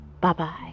bye-bye